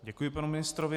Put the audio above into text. Děkuji panu ministrovi.